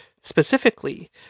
Specifically